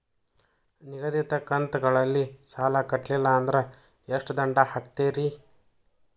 ನಿಗದಿತ ಕಂತ್ ಗಳಲ್ಲಿ ಸಾಲ ಕಟ್ಲಿಲ್ಲ ಅಂದ್ರ ಎಷ್ಟ ದಂಡ ಹಾಕ್ತೇರಿ?